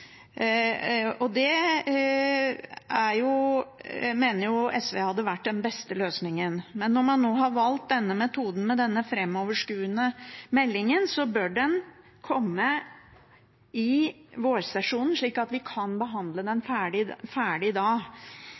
mener SV hadde vært den beste løsningen. Men når man nå har valgt metoden med denne framoverskuende meldingen, så bør den komme i vårsesjonen, slik at vi kan behandle den ferdig